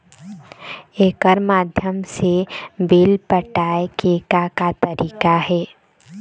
एकर माध्यम से बिल पटाए के का का तरीका हे?